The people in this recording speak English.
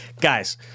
guys –